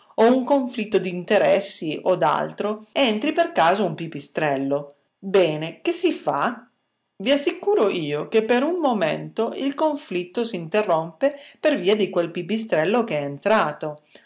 o un conflitto d'interessi o d'altro entri per caso un pipistrello bene che si fa i assicuro io che per un momento il conflitto s'interrompe per via di quel pipistrello che è entrato